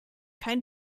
kein